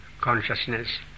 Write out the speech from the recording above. consciousness